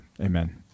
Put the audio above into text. amen